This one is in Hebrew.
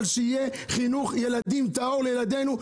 אבל שיהיה חינוך טהור לילדנו,